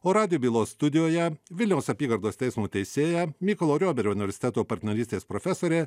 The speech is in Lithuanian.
o radijo bylos studijoje vilniaus apygardos teismo teisėja mykolo riomerio universiteto partnerystės profesorė